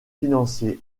financiers